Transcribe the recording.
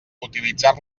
utilitzar